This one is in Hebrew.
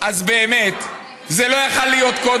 אז האמת היא, אז באמת, זה לא היה יכול להיות קודם?